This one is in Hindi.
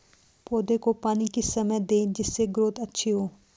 पौधे को पानी किस समय दें जिससे ग्रोथ अच्छी हो?